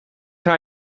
hij